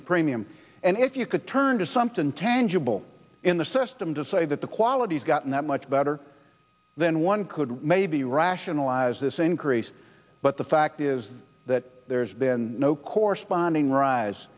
the premium and if you could turn to something tangible in the system to say that the qualities gotten that much better then one could maybe rationalize this increase but the fact is that there's been no corresponding rise